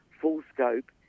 full-scope